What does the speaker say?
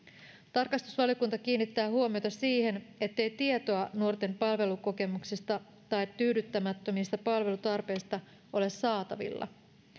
tarkastusvaliokunta kiinnittää huomiota siihen ettei tietoa nuorten palvelukokemuksista tai tyydyttämättömistä palvelutarpeista ole saatavilla